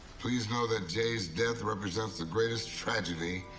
please know that jay's death represents the greatest tragedy.